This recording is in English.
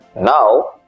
Now